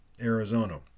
Arizona